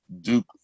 Duke